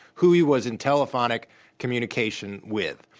who he was in telephonic communication with.